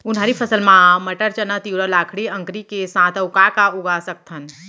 उनहारी फसल मा मटर, चना, तिंवरा, लाखड़ी, अंकरी के साथ अऊ का का उगा सकथन?